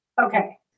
Okay